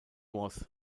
was